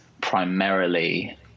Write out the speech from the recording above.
primarily